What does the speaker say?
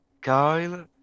Kyle